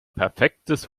perfektes